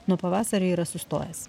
nuo pavasario yra sustojęs